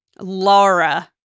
Laura